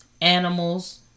Animals